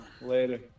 Later